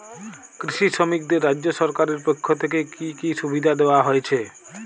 কৃষি শ্রমিকদের রাজ্য সরকারের পক্ষ থেকে কি কি সুবিধা দেওয়া হয়েছে?